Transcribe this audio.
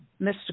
Mr